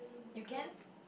you can